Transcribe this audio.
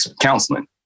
counseling